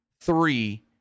Three